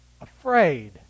afraid